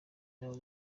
nabo